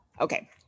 Okay